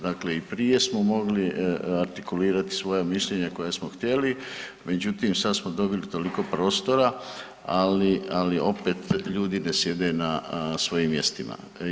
Dakle, i prije smo mogli artikulirati svoja mišljenja koja smo htjeli, međutim sad smo dobili toliko prostora, ali, ali opet ljudi ne sjede na svojim mjestima.